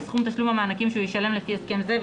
בסכום תשלום המענקים שהוא ישלם לפי הסכם זה,